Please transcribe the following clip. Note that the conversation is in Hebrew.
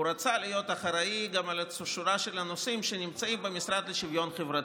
הוא רצה להיות אחראי גם לשורה של נושאים שנמצאים במשרד לשוויון חברתי.